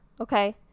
okay